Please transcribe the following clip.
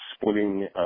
splitting –